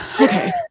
Okay